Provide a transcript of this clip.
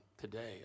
today